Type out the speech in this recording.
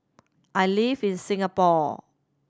I live in Singapore